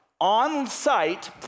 on-site—